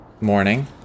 morning